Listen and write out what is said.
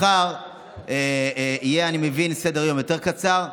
מחר אני מבין שיהיה סדר-יום יותר קצר,